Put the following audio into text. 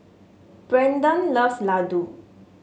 Braedon loves Ladoo